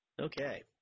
Okay